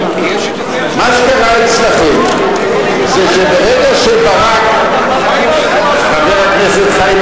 מה שקרה אצלכם הוא שברגע שברק, מה עם ההסכמה שלך?